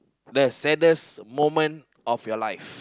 the saddest moment of your life